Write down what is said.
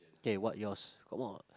K what yours come on